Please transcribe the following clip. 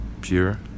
pure